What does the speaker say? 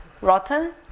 rotten